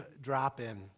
drop-in